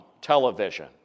television